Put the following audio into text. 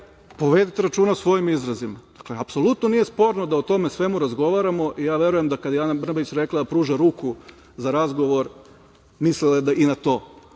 povedite računa o svojim izrazima. Dakle, apsolutno nije sporno da o tome svemu razgovaramo. Ja verujem da kada je Ana Brnabić rekla da pruža ruku za razgovor, mislila je i na to,